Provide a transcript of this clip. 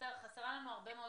חסרה לנו הרבה אינפורמציה.